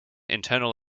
internal